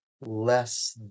less